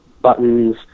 buttons